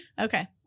okay